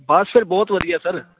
ਬਸ ਬਹੁਤ ਵਧੀਆ ਸਰ